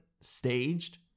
staged